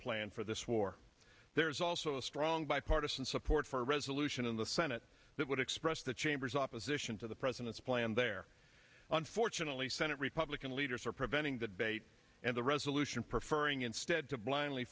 plan for this war there is also a strong bipartisan support for a resolution in the senate that would express the chamber's opposition to the president's plan there unfortunately senate republican leaders are preventing the debate and the resolution preferring instead to blindly